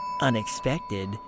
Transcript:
unexpected